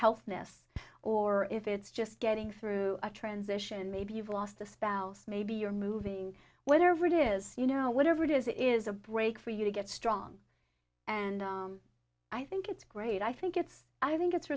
health miss or if it's just getting through a transition maybe you've lost a spouse maybe you're moving whether it is you know whatever it is it is a break for you to get strong and i think it's great i think it's i think it's